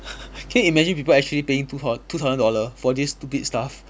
can you imagine people actually paying two thou~ two thousand dollar for this stupid stuff